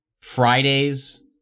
Fridays